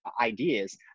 ideas